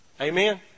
Amen